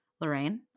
Lorraine